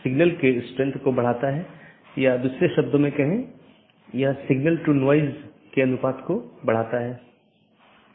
NLRI का उपयोग BGP द्वारा मार्गों के विज्ञापन के लिए किया जाता है